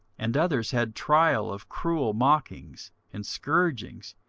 and others had trial of cruel mockings and scourgings,